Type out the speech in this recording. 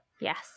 Yes